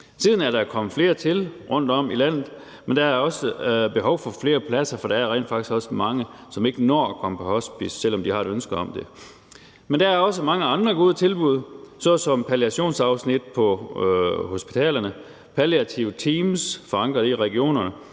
Siden er der kommet flere til rundtom i landet, men der er også behov for flere pladser, for der er rent faktisk også mange, som ikke når at komme på hospice, selv om de har et ønske om det. Men der er også mange andre gode tilbud såsom palliatonsafsnit på hospitalerne og palliative teams forankret i regionerne,